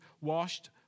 washed